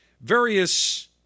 various